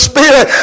Spirit